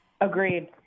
Agreed